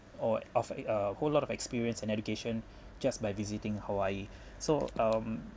or of it uh whole lot of experience and education just by visiting hawaii so um